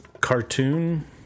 cartoon